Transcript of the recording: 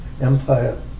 Empire